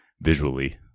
visually